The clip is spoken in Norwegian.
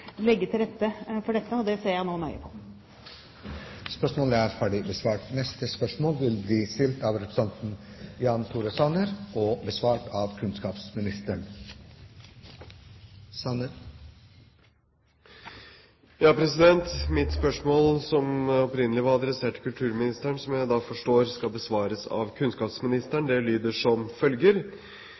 legge til rette for det. Det ser jeg nå nøye på. Vi går da til spørsmål 10. Dette spørsmålet, fra representanten Jan Tore Sanner til kulturministeren, er overført til kunnskapsministeren som rette vedkommende. Mitt spørsmål som opprinnelig var adressert til kulturministeren, som jeg forstår skal besvares av kunnskapsministeren, lyder som følger: